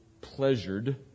pleasured